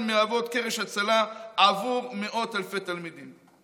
מהוות קרש הצלה בעבור מאות אלפי תלמידים,